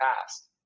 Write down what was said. past